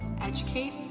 educate